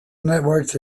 networks